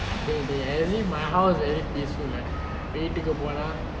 deh deh as if my house very peaceful like that வீட்டுக்கு போனா:veettukku ponaa